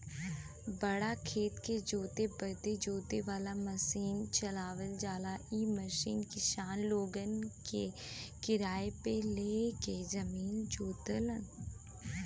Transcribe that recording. बड़ा खेत के जोते बदे जोते वाला मसीन चलावल जाला इ मसीन किसान लोगन किराए पे ले के जमीन जोतलन